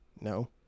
no